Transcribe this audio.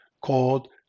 called